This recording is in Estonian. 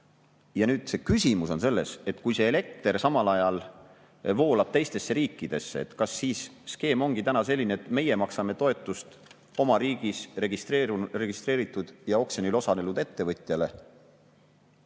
Nüüd, küsimus on selles, et kui see elekter samal ajal voolab teistesse riikidesse, kas siis skeem ongi selline, et meie maksame toetust oma riigis registreeritud ja oksjonil osalenud ettevõtjale,